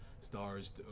stars